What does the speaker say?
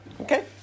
Okay